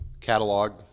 catalog